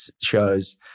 shows